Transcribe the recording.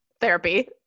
therapy